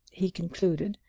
he concluded,